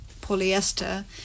polyester